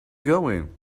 going